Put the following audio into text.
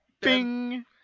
bing